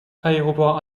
aéroport